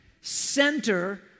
center